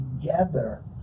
together